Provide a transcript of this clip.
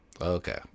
Okay